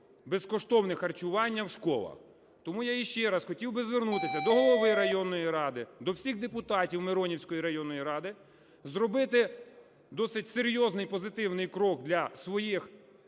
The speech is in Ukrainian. безкоштовне харчування в школах? Тому я ще раз хотів би звернутися до голови районної ради, до всіх депутатів Миронівської районної ради зробити досить серйозний позитивний крок для своїх